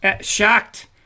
shocked